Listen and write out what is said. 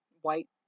white